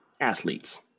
Athletes